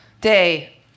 Day